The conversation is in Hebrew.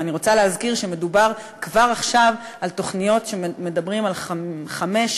ואני רוצה להזכיר שמדובר כבר עכשיו על תוכניות שמדברות על חמש,